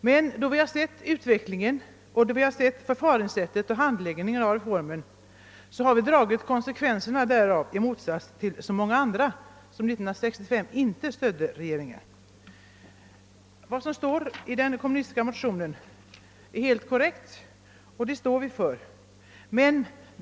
Men sedan vi har sett utvecklingen, sedan vi har sett förfaringssättet och handläggningen av reformen har vi dragit konsekvenserna därav i motsats till de andra partierna. Vad som står i den kommunistiska motionen är helt korrekt, och det står vi för.